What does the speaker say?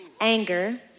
anger